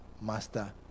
master